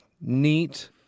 neat—